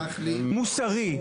מוסרי,